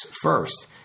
first